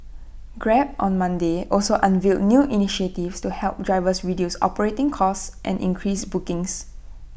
grab on Monday also unveiled new initiatives to help drivers reduce operating costs and increase bookings